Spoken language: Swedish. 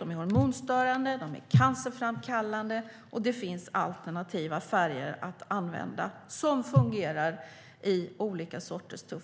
De är hormonstörande, de är cancerframkallande och det finns alternativa färger att använda som fungerar i olika typer av